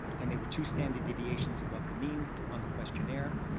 and they were two standard deviations above the mean on the questionnaire,